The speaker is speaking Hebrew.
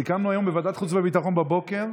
סיכמנו היום בוועדת חוץ וביטחון בבוקר,